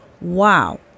wow